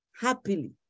happily